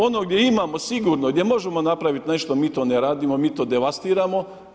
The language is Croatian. Ono gdje imamo sigurno i gdje možemo napravit nešto mi to ne radimo, mi to devastiramo.